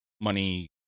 money